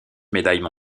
médailles